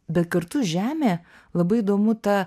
bet kartu žemė labai įdomu ta